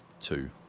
two